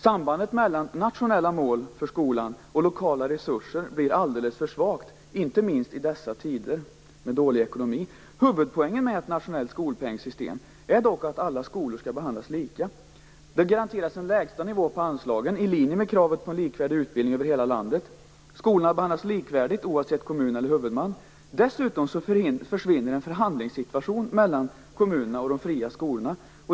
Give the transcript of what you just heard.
Sambandet mellan nationella mål för skolan och lokala resurser blir alldeles för svagt, inte minst i dessa tider med dålig ekonomi. Huvudpoängen med ett nationellt skolpengssystem är dock att alla skolor skall behandlas lika. Nu garanteras en lägsta nivå på anslagen i linje med kravet på en likvärdig utbildning över hela landet. Skolorna behandlas likvärdigt oavsett i vilken kommun de ligger eller vilken huvudman de har. Dessutom försvinner en förhandlingssituation mellan kommunerna och de fria skolorna.